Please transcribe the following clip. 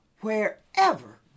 Wherever